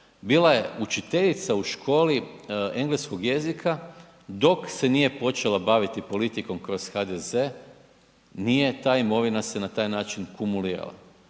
bila je učiteljica u školi engleskog jezika dok se nije počela baviti politikom kroz HDZ, nije ta imovina se na taj način kumulirala,